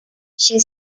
she